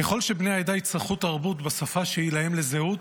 ככל שבני העדה יצרכו תרבות בשפה שהיא להם לזהות,